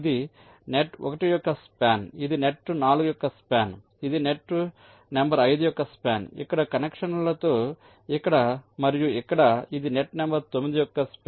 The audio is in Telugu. ఇది నెట్ 1 యొక్క స్పాన్ ఇది నెట్ 4 యొక్క స్పాన్ ఇది నెట్ నంబర్ 5 యొక్క స్పాన్ ఇక్కడ కనెక్షన్లతో ఇక్కడ మరియు ఇక్కడ ఇది నెట్ నంబర్ 9 యొక్క స్పాన్